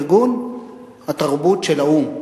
ארגון התרבות של האו"ם,